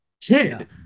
kid